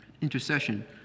intercession